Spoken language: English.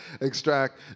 extract